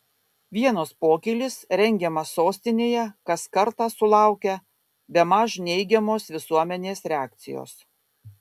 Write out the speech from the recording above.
vienos pokylis rengiamas sostinėje kas kartą sulaukia bemaž neigiamos visuomenės reakcijos